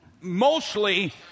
mostly